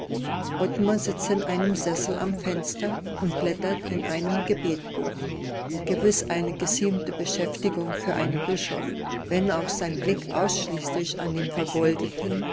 ottmar sitzt in einem sessel am fenster und blättert in einem gebetbuch gewiß eine geziemende beschäftigung für einen bischof wenn auch sein blick ausschließlich an den vergoldeten